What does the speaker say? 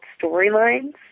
storylines